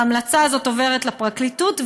ההמלצה הזאת עוברת לפרקליטות,